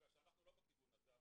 שאני לא בכיוון הזה.